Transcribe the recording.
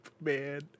man